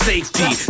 Safety